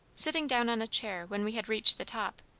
sitting down on a chair when we had reached the top,